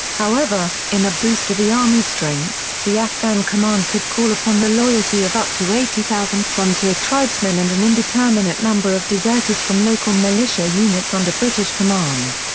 however, in a boost to the army's strength, the afghan command could call upon the loyalty of up to eighty thousand frontier tribesmen and an indeterminate number of deserters from local militia units under british command.